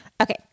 Okay